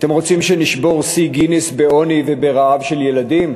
אתם רוצים שנשבור שיא גינס בעוני וברעב של ילדים?